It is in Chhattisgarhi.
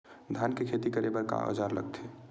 धान के खेती करे बर का औजार लगथे?